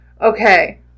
okay